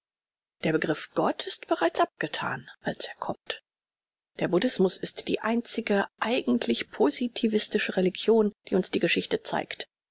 der begriff gott ist bereits abgethan als er kommt der buddhismus ist die einzige eigentlich positivistische religion die uns die geschichte zeigt